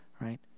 right